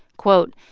quote,